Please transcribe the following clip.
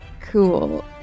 Cool